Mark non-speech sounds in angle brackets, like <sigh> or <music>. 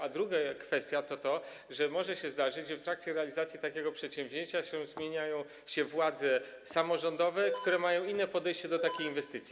A druga kwestia to to, że może się zdarzyć, że w trakcie realizacji takiego przedsięwzięcia zmieniają się władze samorządowe, <noise> które mają inne podejście do takiej inwestycji.